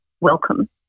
welcome